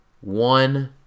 one